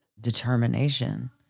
determination